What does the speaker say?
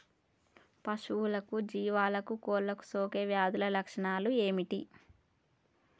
పశువులకు జీవాలకు కోళ్ళకు సోకే వ్యాధుల లక్షణాలు ఏమిటి?